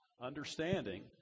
understanding